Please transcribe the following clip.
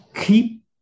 keep